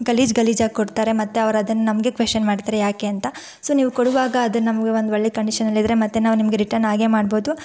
ಗಲೀಜು ಗಲೀಜಾಗಿ ಕೊಡ್ತಾರೆ ಮತ್ತು ಅವ್ರು ಅದನ್ನ ನಮ್ಗೇ ಕ್ವೆಶ್ಚನ್ ಮಾಡ್ತಾರೆ ಯಾಕೆ ಅಂತ ಸೊ ನೀವು ಕೊಡುವಾಗ ಅದು ನಮಗೆ ಒಂದು ಒಳ್ಳೆ ಕಂಡೀಷನಲ್ಲಿದ್ದರೆ ಮತ್ತೆ ನಾವು ನಿಮಗೆ ರಿಟರ್ನ್ ಹಾಗೇ ಮಾಡ್ಬೋದು